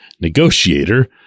negotiator